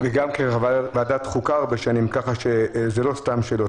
גם בוועדת חוקה הרבה שנים, כך שזה לא סתם שאלות.